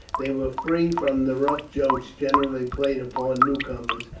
they were free from the rough jokes generally played upon newcomers,